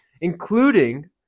including